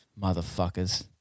motherfuckers